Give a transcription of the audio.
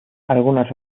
algunas